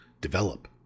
develop